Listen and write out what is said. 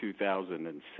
2007